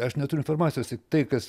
aš neturiu informacijos tiktai kas